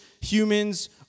humans